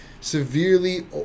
severely